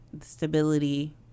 stability